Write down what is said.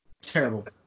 Terrible